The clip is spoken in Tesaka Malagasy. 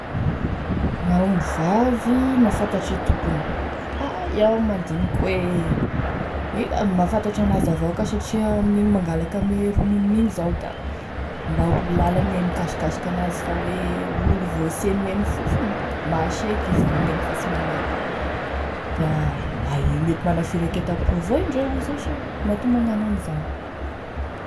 Gn'aomby vavy mahafantatry e tompony ah iaho mandiniky hoe e da mahafantatry an'azy avao ka satria amin'igny mangalaky ame rononony igny zao da mba olo lalane e mikasikasika an'azy, fa hoe olo vo sy henoheno fofony, masheky izy amin'igny fa sy magneky, da ae mety managny firanketampo avao indreo io zao sa matoa magnano an'izany.